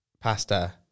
pasta